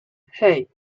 hey